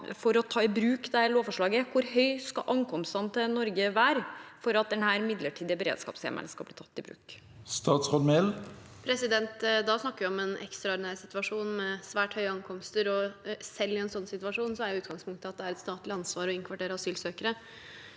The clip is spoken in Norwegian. for å ta i bruk dette lovforslaget: Hvor høye skal ankomstene til Norge være for at denne midlertidige beredskapshjemmelen skal bli tatt i bruk? Statsråd Emilie Mehl Da snakker vi om en ekstraordinær situasjon med svært høye ankomster, og selv i en sånn situasjon er utgangspunktet at det er et statlig ansvar å innkvartere asylsøkere.